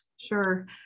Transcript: Sure